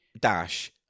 dash